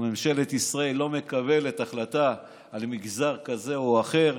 או ממשלת ישראל לא מקבלת החלטה על מגזר כזה או אחר.